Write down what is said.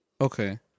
Okay